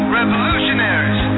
revolutionaries